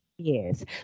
Yes